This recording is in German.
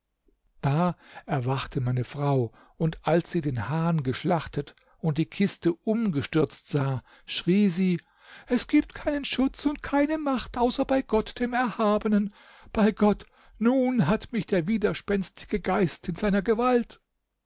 da erwachte meine frau und als sie den hahn geschlachtet und die kiste umgestürzt sah schrie sie es gibt keinen schutz und keine macht außer bei gott dem erhabenen bei gott nun hat mich der widerspenstige geist in seiner gewalt